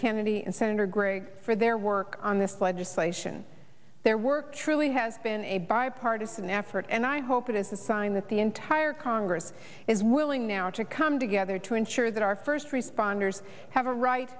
kennedy and senator gregg for their work on this legislation their work truly has been a bipartisan effort and i hope it is a sign that the entire congress is willing now to come together to ensure that our first responders have a right